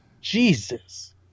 Jesus